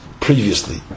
previously